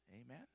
Amen